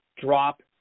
drop